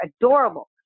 adorable